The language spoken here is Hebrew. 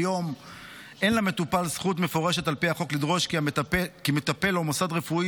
כיום אין למטופל זכות מפורשת על פי החוק לדרוש כי מטפל או מוסד רפואי